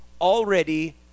already